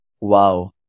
Wow